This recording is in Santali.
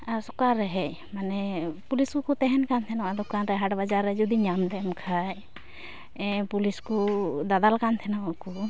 ᱟᱨ ᱥᱚᱠᱟᱞᱨᱮ ᱦᱮᱡ ᱢᱟᱱᱮ ᱯᱩᱞᱤᱥ ᱠᱚᱠᱚ ᱛᱟᱦᱮᱱᱠᱟᱱ ᱛᱟᱦᱮᱱᱚᱜᱼᱟ ᱫᱚᱠᱟᱱᱨᱮ ᱦᱟᱴ ᱵᱟᱡᱟᱨ ᱨᱮ ᱡᱚᱫᱤᱭ ᱧᱟᱢᱞᱮᱢ ᱠᱷᱟᱱ ᱯᱩᱞᱤᱥ ᱠᱚ ᱫᱟᱫᱟᱞᱠᱟᱱ ᱛᱟᱦᱮᱱᱚᱜ ᱠᱚ